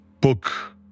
book